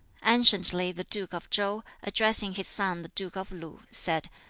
anciently the duke of chow, addressing his son the duke of lu, said,